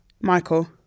Michael